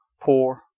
poor